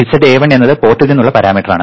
zA1 എന്നത് പോർട്ടിൽ നിന്നുള്ള പരാമീറ്ററാണ്